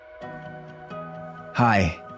Hi